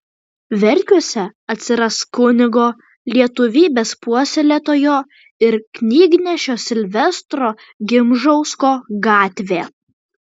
verkiuose atsiras kunigo lietuvybės puoselėtojo ir knygnešio silvestro gimžausko gatvė